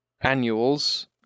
annuals